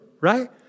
Right